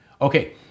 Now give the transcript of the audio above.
Okay